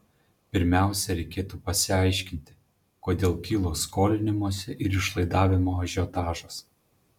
pirmiausia reikėtų pasiaiškinti kodėl kilo skolinimosi ir išlaidavimo ažiotažas